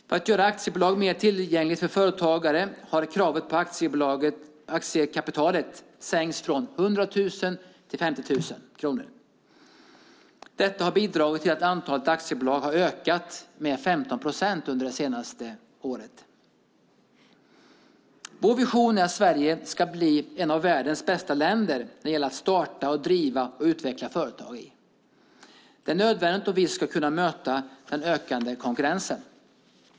För att göra aktiebolag mer tillgängligt för företagare har kravet på aktiekapitalet sänkts från 100 000 till 50 000 kronor. Detta har bidragit till att antalet aktiebolag har ökat med 15 procent under det senaste året. Vår vision är att Sverige ska bli ett av världens bästa länder att starta, driva och utveckla företag i. Det är nödvändigt om vi ska kunna möta den ökande konkurrensen.